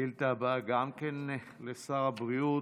גם השאילתה הבאה היא לשר הבריאות.